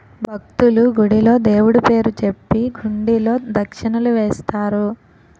భక్తులు, గుడిలో దేవుడు పేరు చెప్పి హుండీలో దక్షిణలు వేస్తారు